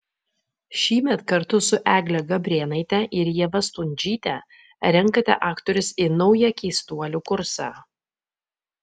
šįmet kartu su egle gabrėnaite ir ieva stundžyte renkate aktorius į naują keistuolių kursą